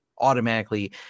automatically